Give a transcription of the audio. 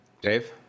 Dave